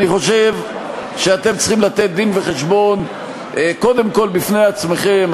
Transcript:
אני חושב שאתם צריכים לתת דין-וחשבון קודם כול בפני עצמכם,